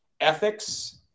ethics